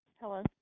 Hello